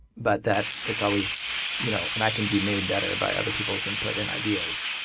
but that it's always you know, and i can be made better by other people's input and ideas.